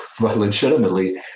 legitimately